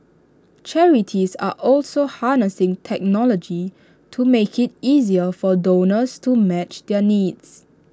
charities are also harnessing technology to make IT easier for donors to match their needs